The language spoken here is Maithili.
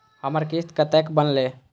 हमर किस्त कतैक बनले?